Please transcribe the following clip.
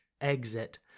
exit